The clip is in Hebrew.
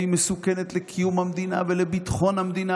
והיא מסוכנת לקיום המדינה ולביטחון המדינה